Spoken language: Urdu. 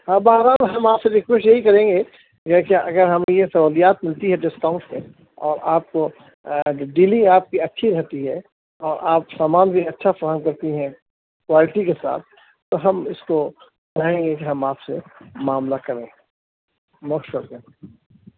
ہاں بہرحال ہم آپ سے ریکویسٹ یہی کریں گے یہ کہ اگر ہمیں یہ سہولیات ملتی ہے ڈسکاؤنٹ سے اور آپ کو ڈیلی آپ کی اچھی رہتی ہے اور آپ سامان بھی اچھا فراہم کرتی ہیں کوالٹی کے ساتھ تو ہم اس کو چاہیں گے کہ ہم آپ سے معاملہ کریں موسٹ ویلکم